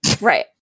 Right